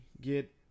get